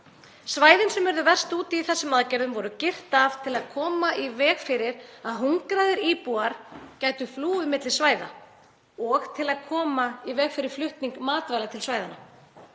Svæðin sem urðu verst úti í þessum aðgerðum voru girt af til að koma í veg fyrir að hungraðir íbúar gætu flúið á milli svæða og til að koma í veg fyrir flutning matvæla til svæðanna.